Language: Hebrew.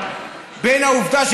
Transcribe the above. עכשיו,